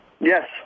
Yes